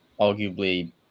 arguably